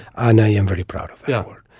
and i am very proud of ah it.